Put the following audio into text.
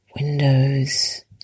windows